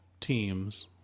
teams